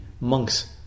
monks